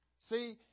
See